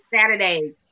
Saturday